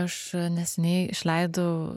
aš neseniai išleidau